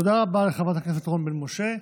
תודה רבה לחברת הכנסת רון בן משה.